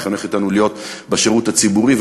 וחינך אותנו להיות בשירות הציבורי,